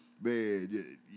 man